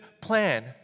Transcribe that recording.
plan